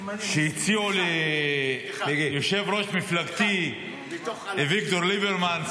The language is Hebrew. שהציעו ליושב-ראש מפלגתי אביגדור ליברמן,